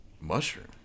Mushroom